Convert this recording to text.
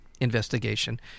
investigation